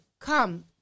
come